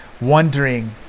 wondering